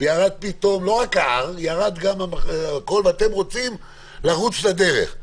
והמקדם יורד ואתם רוצים לרוץ לדרך.